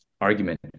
argument